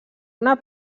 una